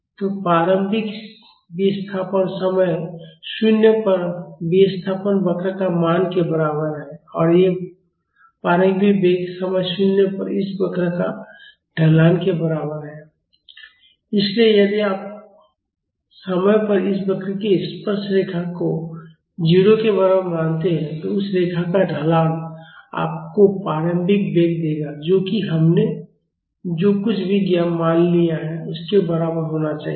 तो प्रारंभिक विस्थापन समय 0 पर विस्थापन वक्र का मान के बराबर है और प्रारंभिक वेग समय 0 पर इस वक्र का ढलान के बराबर है इसलिए यदि आप समय पर इस वक्र की स्पर्शरेखा को 0 के बराबर मानते हैं तो उस रेखा का ढलान आपको प्रारंभिक वेग देगा जो कि हमने जो कुछ भी मान लीया है उसके बराबर होना चाहिए